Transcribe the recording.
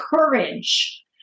courage